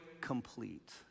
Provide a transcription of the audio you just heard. complete